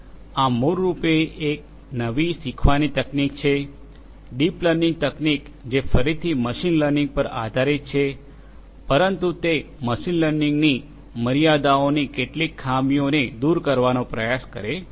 આ મૂળરૂપે એક નવી શીખવાની તકનીક છે ડીપ લર્નિંગ તકનીક જે ફરીથી મશીન લર્નિંગ પર આધારિત છે પરંતુ તે મશીન લર્નિંગની મર્યાદાઓની કેટલીક ખામીઓને દૂર કરવાનો પ્રયાસ કરે છે